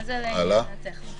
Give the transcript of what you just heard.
זה לעניין הטכני.